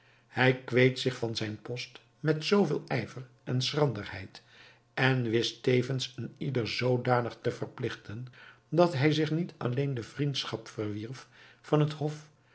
hij kweet zich van zijn post met zoo veel ijver en schranderheid en wist tevens een ieder zoodanig te verpligten dat hij zich niet alleen de vriendschap verwierf van het hof